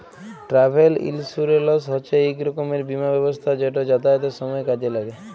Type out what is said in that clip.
travel insurance হছে ইক রকমের বীমা ব্যবস্থা যেট যাতায়াতের সময় কাজে ল্যাগে